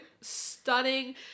stunning